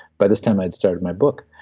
by this time i had started my book,